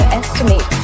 estimate